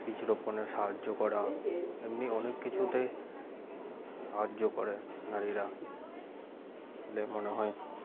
বীজ রোপণে সাহায্য করা এমনি অনেক কিছুতেই সাহায্য করে নারীরা ওদের মনে হয়